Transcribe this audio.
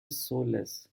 soulless